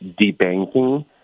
debanking